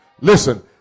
Listen